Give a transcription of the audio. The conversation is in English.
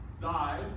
died